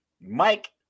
Mike